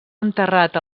enterrat